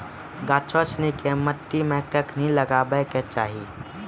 गाछो सिनी के मट्टी मे कखनी लगाबै के चाहि?